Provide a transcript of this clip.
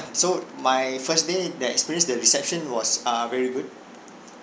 so my first day the experience the reception was uh very good